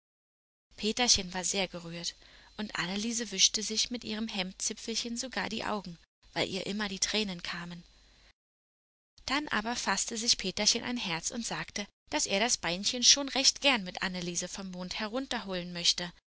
peterchen war sehr gerührt und anneliese wischte sich mit ihrem hemdzipfelchen sogar die augen weil ihr immer die tränen kamen dann aber faßte sich peterchen ein herz und sagte daß er das beinchen schon recht gern mit anneliese vom mond herunterholen möchte